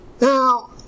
Now